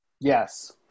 yes